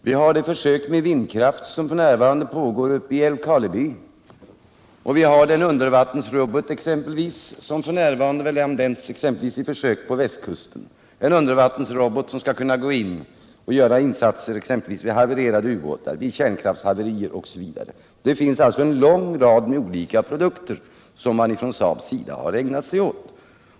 Vi har de försök med vindkraft som f. n. pågår i Älvkarleby, och vi har den undervattensrobot som f. n. används exempelvis vid försök på västkusten — en robot som skall kunna göra insatser vid haverier av ubåtar och kärnkraftverk. Det finns alltså en lång rad olika produkter som man från SAAB:s sida ägnat sig åt.